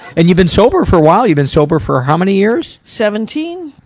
and you've been sober for awhile. you've been sober for how many years? seventeen.